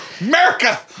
America